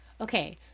okay